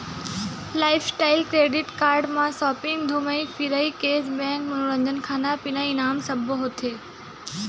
lifestyle credit card म shopping, धूमई फिरई, केस बेंक, मनोरंजन, खाना, इनाम सब्बो होथे